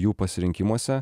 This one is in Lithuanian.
jų pasirinkimuose